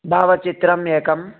भावचित्रम् एकम्